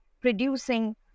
producing